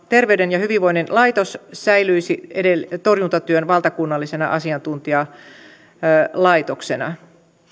terveyden ja hyvinvoinnin laitos säilyisi torjuntatyön valtakunnallisena asiantuntijalaitoksena